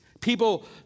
people